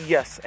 Yes